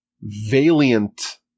valiant